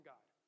God